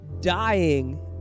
dying